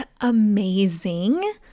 amazing